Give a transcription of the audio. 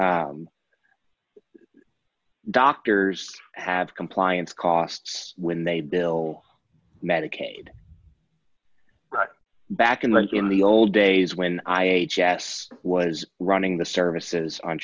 doctors have compliance costs when they bill medicaid back in like in the old days when i h s was running the services on